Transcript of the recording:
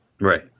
Right